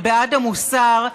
ובעד המוסר,